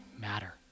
matter